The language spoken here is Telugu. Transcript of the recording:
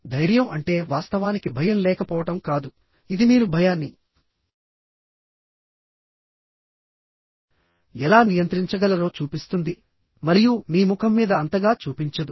ధైర్యం అంటే వాస్తవానికి భయం లేకపోవడం కాదు ఇది మీరు భయాన్ని ఎలా నియంత్రించగలరో చూపిస్తుంది మరియు మీ ముఖం మీద అంతగా చూపించదు